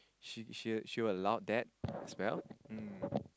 she she she will allow that as well